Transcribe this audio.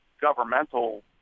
governmental